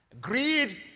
Greed